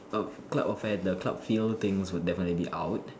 um club of fan the club feel thing also definitely will be out